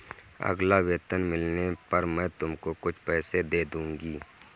अगला वेतन मिलने पर मैं तुमको कुछ पैसे दे दूँगी